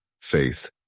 faith